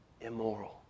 immoral